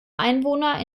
einwohner